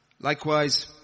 likewise